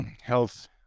health